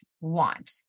want